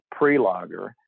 Prelogger